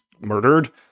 murdered